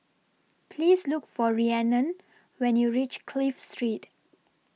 Please Look For Rhiannon when YOU REACH Clive Street